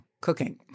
cooking